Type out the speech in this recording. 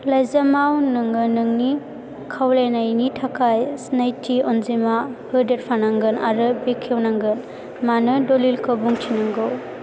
लाइजामाव नोङो नोंनि खावलायनायनि थाखाय सिनायथि अनजिमा होदेरफानांगोन आरो बेखेव नांगोन मानो दलिलखौ बुंथिनांगौ